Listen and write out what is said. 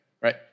right